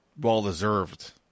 Well-deserved